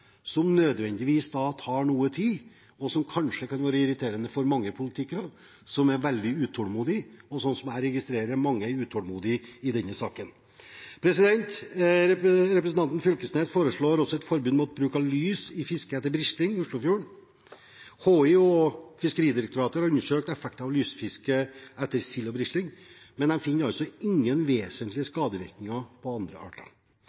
som nødvendigvis tar noe tid, og som kanskje kan være irriterende for mange politikere, som er veldig utålmodige. Slik som jeg registrerer det, er mange utålmodige i denne saken. Representanten Knag Fylkesnes foreslår også et forbud mot bruk av lys ved fiske etter brisling i Oslofjorden. Havforskningsinstituttet og Fiskeridirektoratet har undersøkt effekter av lysfiske etter sild og brisling, men de finner ingen vesentlige skadevirkninger for andre arter.